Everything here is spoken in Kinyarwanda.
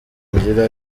ngira